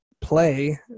play